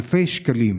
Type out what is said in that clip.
אלפי שקלים.